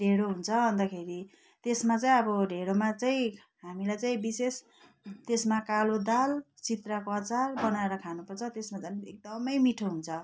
ढेँडो हुन्छ अन्तखेरि त्यसमा चाहिँ अब ढेँडोमा चाहिँ हामीलाई चाहिँ विशेष त्यसमा कालो दाल सिद्राको अचार बनाएर खानुपर्छ त्यसमा झन् एकदमै मिठो हुन्छ